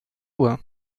uhr